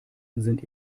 sind